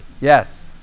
Yes